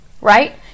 right